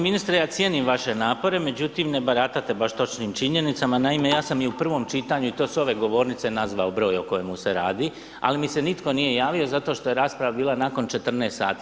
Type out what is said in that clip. ministre, ja cijenim vaše napore, međutim, ne barate baš točnim činjenicama, naime, ja sam u i prvom čitanju i to s ove govornice nazvao broj o kojemu se radi, ali mi se nitko nije javio zato što je rasprava bila nakon 14 sati.